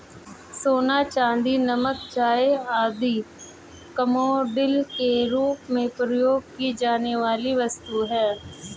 सोना, चांदी, नमक, चाय आदि कमोडिटी के रूप में प्रयोग की जाने वाली वस्तुएँ हैं